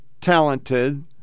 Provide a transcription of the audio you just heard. talented